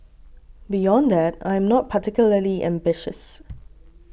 beyond that I am not particularly ambitious